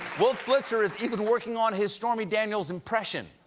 wolf blitzer is even working on his stormy daniels impression.